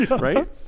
right